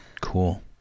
Cool